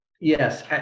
Yes